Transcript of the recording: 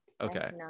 Okay